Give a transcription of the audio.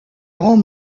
grand